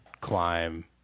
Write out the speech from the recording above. climb